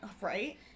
Right